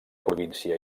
província